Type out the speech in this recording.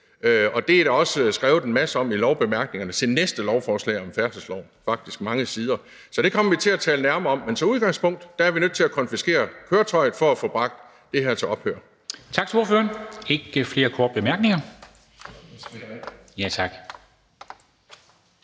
Det er der også skrevet en masse om i lovbemærkningerne til det næste lovforslag, som er om færdselsloven. Der er faktisk skrevet mange sider. Så det kommer vi til at tale nærmere om. Men som udgangspunkt er vi nødt til at konfiskere køretøjer for at få bragt det her til ophør.